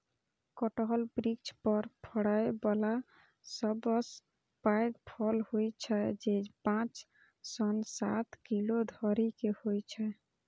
कटहल वृक्ष पर फड़ै बला सबसं पैघ फल होइ छै, जे पांच सं सात किलो धरि के होइ छै